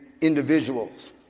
individuals